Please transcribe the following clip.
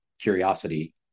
curiosity